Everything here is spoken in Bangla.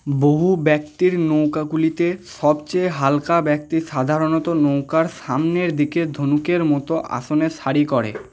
বহু ব্যক্তির নৌকাগুলিতে সবচেয়ে হালকা ব্যক্তি সাধারণত নৌকার সামনের দিকে ধনুকের মতো আসনে সারি করে